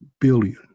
billion